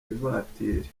ivatiri